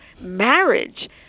marriage